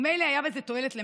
ומילא אם היה בזה תועלת למשהו,